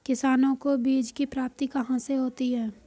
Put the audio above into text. किसानों को बीज की प्राप्ति कहाँ से होती है?